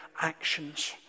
actions